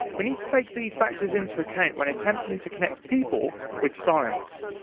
we need to take these factors into account when attempting to connect people with science.